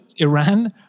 Iran